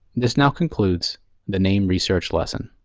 this now concludes the name research lesson.